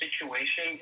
situation